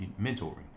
mentoring